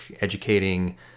educating